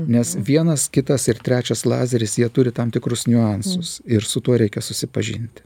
nes vienas kitas ir trečias lazeris jie turi tam tikrus niuansus ir su tuo reikia susipažint